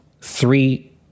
three